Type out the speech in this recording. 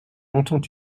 entends